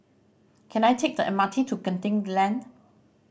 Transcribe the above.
can I take the M R T to Genting Lane